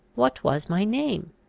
what was my name?